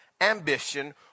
ambition